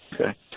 Okay